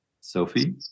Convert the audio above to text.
Sophie